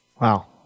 Wow